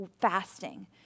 fasting